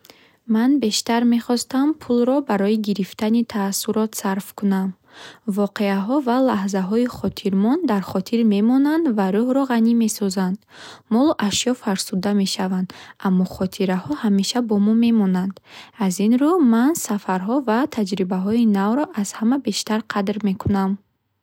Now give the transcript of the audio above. Ман бештар мехостам пулро барои гирифтани таассурот сарф кунам. Воқеаҳо ва лаҳзаҳои хотирмон дар хотир мемонанд ва рӯҳро ғанӣ месозанд. Молу ашё фарсуда мешаванд, аммо хотираҳо ҳамеша бо мо мемонанд. Аз ин рӯ, ман сафарҳо ва таҷрибаҳои навро аз ҳама бештар қадр мекунам.